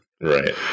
Right